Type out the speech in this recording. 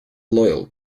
loyal